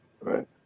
right